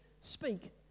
speak